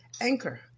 Anchor